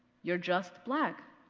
you're just black